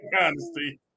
honesty